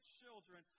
children